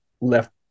left